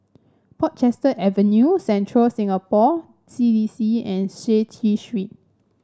Portchester Avenue Central Singapore C D C and Seah T Street